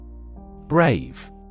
Brave